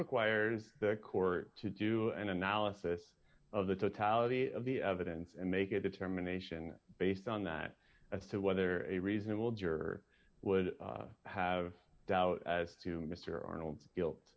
requires the court to do an analysis of the totality of the evidence and make a determination based on that as to whether a reasonable juror would have doubt as to mr arnold's guilt